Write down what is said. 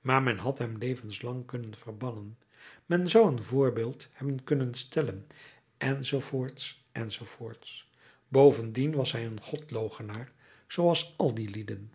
maar men had hem levenslang kunnen verbannen men zou een voorbeeld hebben kunnen stellen enz enz bovendien was hij een godloochenaar zooals al die lieden